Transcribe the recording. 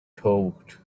thought